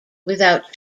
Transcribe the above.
without